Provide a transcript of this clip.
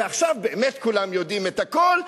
ועכשיו באמת כולם יודעים את הכול.